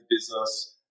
business